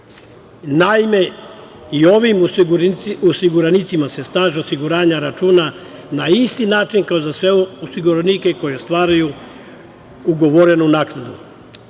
Naime, i ovim osiguranicima se staž osiguranja računa na isti način kao za sve osiguranike koji ostvaruju ugovorenu naknadu. Slične